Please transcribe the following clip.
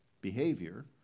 behavior